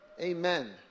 Amen